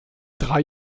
drei